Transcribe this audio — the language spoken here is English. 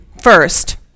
first